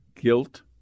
guilt